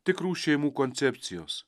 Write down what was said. tikrų šeimų koncepcijos